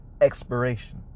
expiration